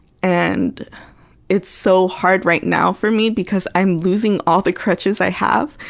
and it's so hard right now for me because i'm losing all the crutches i have,